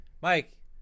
Mike